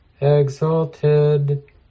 exalted